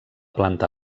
planta